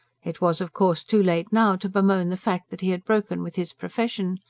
it was, of course, too late now to bemoan the fact that he had broken with his profession.